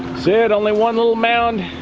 see it, only one little mound.